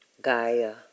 Gaia